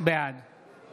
בעד